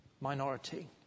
minority